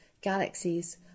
galaxies